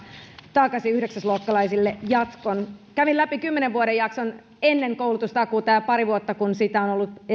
takasi yhdeksäs luokkalaisille jatkon kävin läpi kymmenen vuoden jakson ennen koulutustakuuta ja pari vuotta kun se